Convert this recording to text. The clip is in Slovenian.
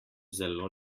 zelo